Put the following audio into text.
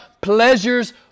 pleasures